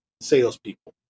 salespeople